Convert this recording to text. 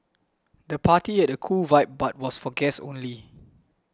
the party had a cool vibe but was for guests only